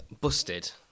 busted